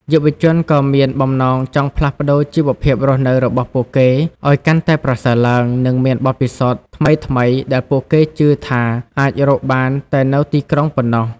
យុវជនក៏មានបំណងចង់ផ្លាស់ប្តូរជីវភាពរស់នៅរបស់ពួកគេឲ្យកាន់តែប្រសើរឡើង និងមានបទពិសោធន៍ថ្មីៗដែលពួកគេជឿថាអាចរកបានតែនៅទីក្រុងប៉ុណ្ណោះ។